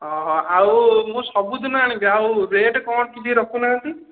ହଁ ହଁ ଆଉ ମୁଁ ସବୁଦିନ ଆଣିବି ଆଉ ରେଟ କ'ଣ କିଛି ରଖୁନାହାନ୍ତି